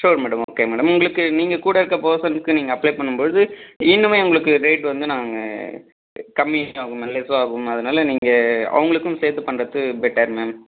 sure madam okay madam உங்களுக்கு நீங்கள் கூட இருக்க பர்ஸனுக்கு நீங்கள் அப்ளை பண்ணும்பொழுது இன்னுமே உங்களுக்கு ரேட் வந்து நாங்கள் கம்மி ஆகும் லெஸ் ஆகும் அதனால் நீங்கள் அவங்களுக்கும் சேர்த்துப் பண்ணுறது பெட்டர் மேம்